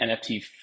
NFT